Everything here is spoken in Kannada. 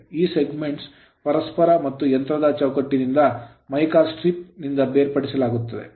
ಈ segments ಸೆಗ್ಮೆಂಟ್ ಗಳನ್ನು ಪರಸ್ಪರ ಮತ್ತು ಯಂತ್ರದ ಚೌಕಟ್ಟಿನಿಂದ mica strip ಅಭ್ರಕ ಪಟ್ಟಿಯಿಂದ ಬೇರ್ಪಡಿಸಲಾಗುತ್ತದೆ